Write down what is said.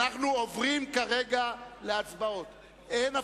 אנחנו עוברים כרגע להצבעות, אין הפרעות.